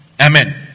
Amen